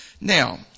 Now